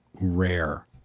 rare